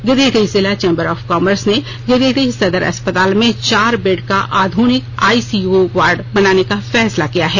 गिरिडीह जिला chamber of commerce ने गिरिडीह सदर अस्पताल में चार बेड का आधुनिक आईसीयू वार्ड बनाने का फैसला किया है